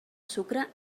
sucre